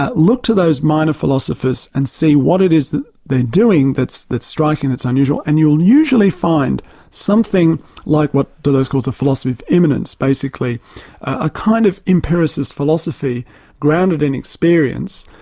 ah look to those minor philosophers and see what it is that they're doing that's striking, striking, that's unusual, and you'll usually find something like what deleuze calls a philosophy of immanence, basically a kind of empiricist philosophy grounded in experience,